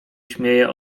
śmieje